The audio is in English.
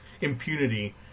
impunity